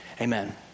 amen